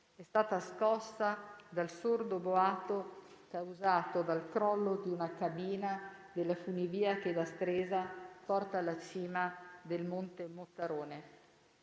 è stata scossa dal sordo boato causato dal crollo di una cabina della funivia che da Stresa porta alla cima del monte Mottarone.